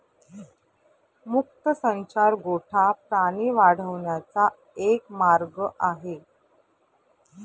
मुक्त संचार गोठा प्राणी वाढवण्याचा एक मार्ग आहे